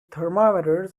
thermometers